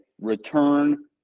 return